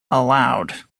allowed